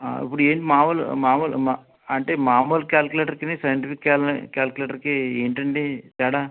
ఇప్పుడు ఏంటి మాములు మామూలు అంటే మాములు కాలిక్యులేటర్కీని సైంటిఫిక్ కలె కాలిక్యులేటర్కి ఏంటండి తేడా